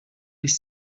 bis